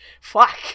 Fuck